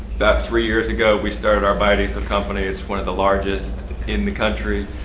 about three years ago we started our biodiesele company, it's one of the largest in the country,